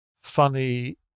funny